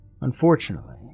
Unfortunately